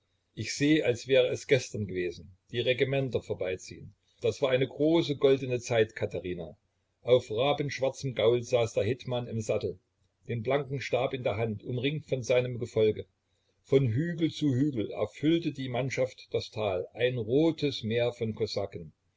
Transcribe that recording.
ich seh als wäre es gestern gewesen die regimenter vorbeiziehn das war eine große goldene zeit katherina auf rabenschwarzem gaul saß der hetman im sattel den blanken stab in der hand umringt von seinem gefolge von hügel zu hügel erfüllte die mannschaft das tal ein rotes meer von kosaken